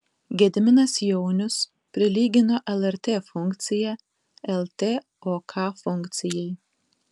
gediminas jaunius prilygino lrt funkciją ltok funkcijai